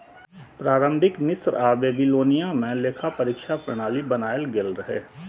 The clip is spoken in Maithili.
प्रारंभिक मिस्र आ बेबीलोनिया मे लेखा परीक्षा प्रणाली बनाएल गेल रहै